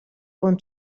con